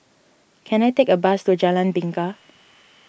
can I take a bus to Jalan Bingka